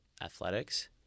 athletics